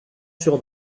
sur